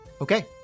Okay